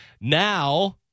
Now